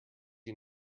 you